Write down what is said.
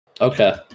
Okay